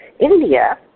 India